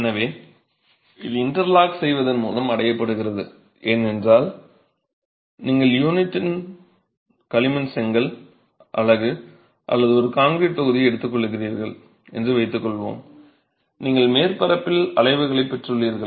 எனவே இது இன்டர்லாக் செய்வதன் மூலம் அடையப்படுகிறது ஏனென்றால் நீங்கள் யூனிட் களிமண் செங்கல் அலகு அல்லது ஒரு கான்கிரீட் தொகுதியை எடுத்துக்கொள்கிறீர்கள் என்று வைத்துக்கொள்வோம் நீங்கள் மேற்பரப்பில் அலைவுகளைப் பெற்றுள்ளீர்கள்